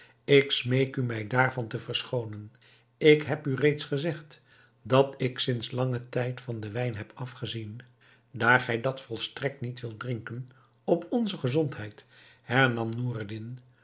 ik smeek u mij daarvan te verschoonen ik heb u reeds gezegd dat ik sints langen tijd van den wijn heb afgezien daar gij dan volstrekt niet wilt drinken op onze gezondheid hernam noureddin